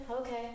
okay